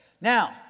Now